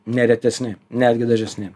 neretesni netgi dažnesni